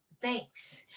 thanks